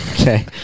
Okay